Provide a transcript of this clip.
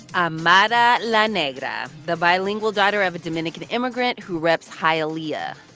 amara la negra, the bilingual daughter of a dominican immigrant who reps hialeah.